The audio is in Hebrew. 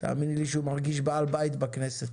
תאמיני לי שהוא מרגיש בעל בית בכנסת,